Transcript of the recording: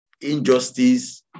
injustice